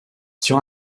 sur